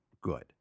good